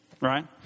Right